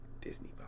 Disney